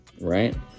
right